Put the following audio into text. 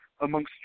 amongst